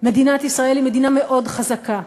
מדינת ישראל היא מדינה מאוד חזקה.